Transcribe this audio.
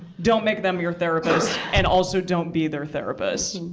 don't make them your therapist. and also don't be their therapist.